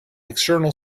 external